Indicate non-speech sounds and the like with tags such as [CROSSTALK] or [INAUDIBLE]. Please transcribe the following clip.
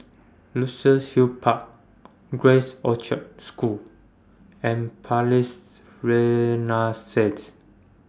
[NOISE] Luxus Hill Park Grace Orchard School and Palais Renaissance